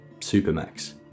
Supermax